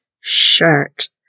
shirt